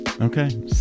Okay